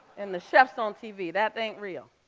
and the chefs on tv, that ain't real.